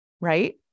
Right